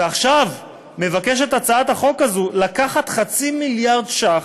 ועכשיו מבקשת הצעת החוק הזאת לקחת חצי מיליארד ש"ח,